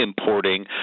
importing